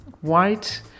white